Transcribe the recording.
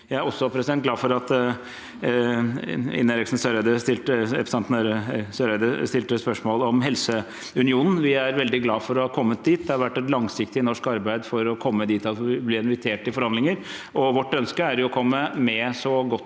Jeg er også glad for at representanten Eriksen Søreide tok opp spørsmålet om helseunionen. Vi er veldig glade for å ha kommet dit. Det har vært et langsiktig norsk arbeid for å komme dit at vi blir invitert inn i forhandlinger, og vårt ønske er å komme med så godt